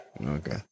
Okay